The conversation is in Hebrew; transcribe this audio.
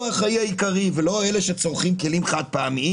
הוא האחראי העיקרי ולא אלה שצורכים כלים חד-פעמיים,